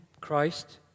Christ